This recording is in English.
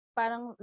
parang